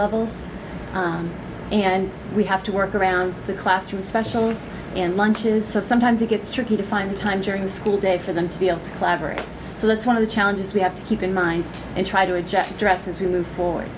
levels and we have to work around the classroom specials and lunches so sometimes it gets tricky to find the time during the school day for them to be able to collaborate so that's one of the challenges we have to keep in mind and try to adjust address as we move forward